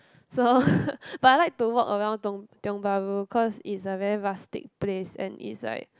so but I like to walk around tong Tiong-Bahru cause is a very rustic place and it's like